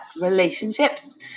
relationships